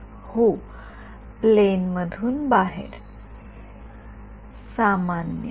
विद्यार्थीः प्लेन मधून बाहेर सामान्य